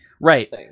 right